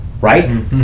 right